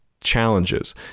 challenges